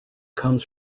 comes